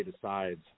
decides